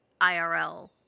IRL